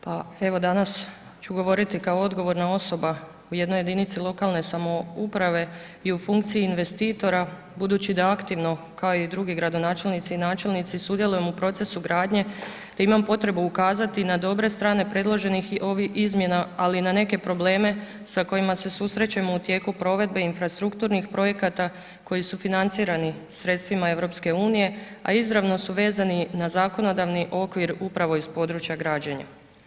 Pa evo danas ću govoriti kao odgovorna osoba u jednoj jedinici lokalne samouprave i u funkciji investitora budući da aktivno kao i drugi gradonačelnici i načelnici sudjelujem u procesu gradnje te imam potrebu ukazati na dobre strane predloženih ovih izmjena ali i na neke probleme sa kojima se susrećemo u tijeku provedbe infrastrukturnih projekata koji su financirani sredstvima EU a izravno su vezani na zakonodavni okvir upravo iz područja građenja.